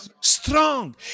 strong